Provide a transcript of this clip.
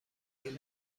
این